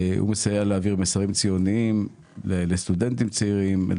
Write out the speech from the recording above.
הוא מסייע להעביר מסרים ציוניים לסטודנטים צעירים.